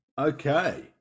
Okay